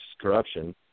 corruption